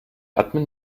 admin